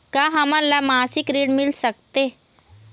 का हमन ला मासिक ऋण मिल सकथे?